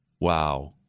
Wow